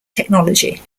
technology